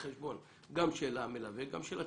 בחשבון מבחינת הכיסאות גם את המלווה וגם את התלמיד.